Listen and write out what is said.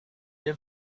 bien